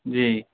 جی